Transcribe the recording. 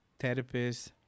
therapists